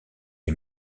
est